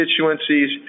constituencies